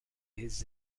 his